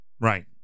Right